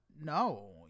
no